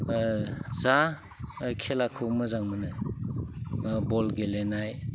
जा खेलाखौ मोजां मोनो बल गेलेनाय